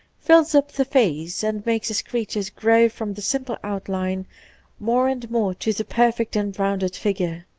fills up the face, and makes his creatures grow from the simple out line more and more to the perfect and rounded figure.